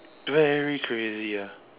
very crazy ah